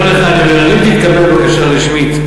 גם לך אני אומר: אם תתקבל בקשה רשמית,